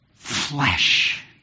flesh